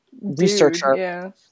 researcher